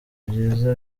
byiza